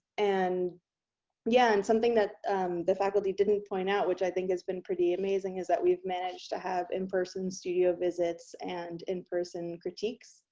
and yeah and something that the faculty didn't point out, which i think has been pretty amazing is that we've managed to have in-person studio visits and in-person critiques,